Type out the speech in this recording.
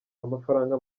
amafaranga